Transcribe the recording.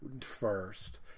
first